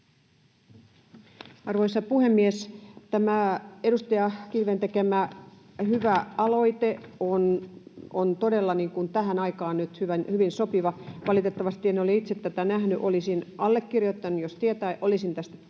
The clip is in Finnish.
Arvoisa puhemies! Tämä edustaja Kilven tekemä hyvä aloite on todella nyt hyvin sopiva tähän aikaan. Valitettavasti en ole itse tätä nähnyt. Olisin allekirjoittanut, jos olisin tästä tiennyt